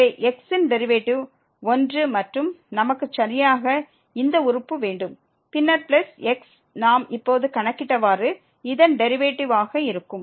எனவே x இன் derivative 1 மற்றும் நமக்குசரியாக இந்த உறுப்பு வேண்டும் பின்னர் பிளஸ் x நாம் இப்போது கணக்கிட்டவாறு இதன் டெரிவேட்டிவ் ஆக இருக்கும்